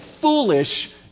foolish